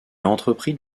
entrepris